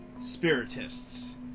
spiritists